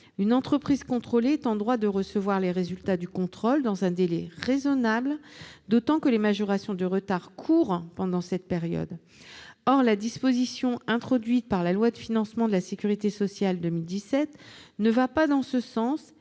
Une entreprise contrôlée est en droit de recevoir les résultats du contrôle dans un délai raisonnable, d'autant que les majorations de retard courent pendant cette période. Pourtant, la disposition introduite par la loi de financement de la sécurité sociale pour 2017 ne va pas dans ce sens